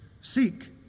Seek